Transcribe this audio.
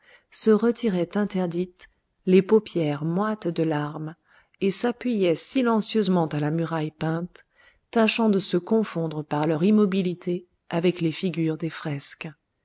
se retiraient interdites les paupières moites de larmes et s'appuyaient silencieusement à la muraille peinte tâchant de se confondre par leur immobilité avec les figures des fresques